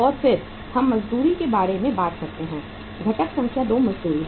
और फिर हम मजदूरी के बारे में बात करते हैं घटक संख्या 2 मजदूरी है